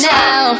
now